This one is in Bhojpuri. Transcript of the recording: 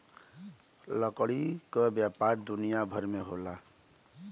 लकड़ी क व्यापार दुनिया भर में होला